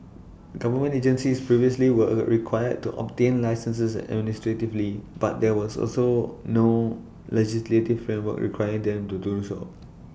government agencies previously were required to obtain licences administratively but there was also no legislative different work requiring them to do so